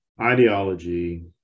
ideology